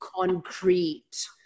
concrete